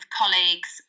colleagues